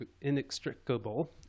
inextricable